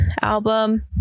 album